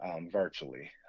virtually